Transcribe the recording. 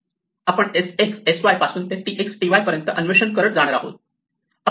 आपण sx sy पासून ते tx ty पर्यंत अन्वेषण करत जाणार आहोत